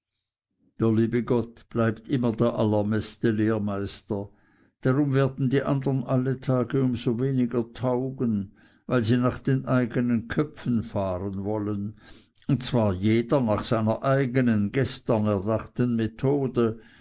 der liebe gott bleibt immer der allerbeste lehrmeister darum werden die andern alle tage um so weniger taugen weil sie nach den eigenen köpfen fahren wollen und zwar jeder nach seiner eigenen gestern erdachten methode